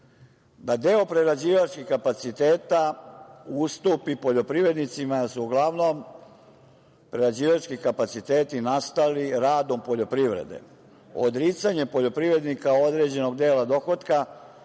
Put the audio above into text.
da deo prerađivačkih kapaciteta ustupi poljoprivrednicima, jer su uglavnom prerađivački kapaciteti nastali radom poljoprivrede, odricanjem poljoprivrednika određenog dela dohotka